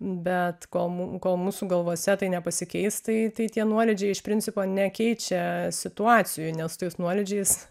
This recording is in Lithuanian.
bet kolmu kol mūsų galvose tai nepasikeis tai tai tie nuolydžiai iš principo nekeičia situacijų nes tais nuolydžiais